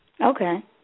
Okay